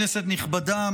כנסת נכבדה,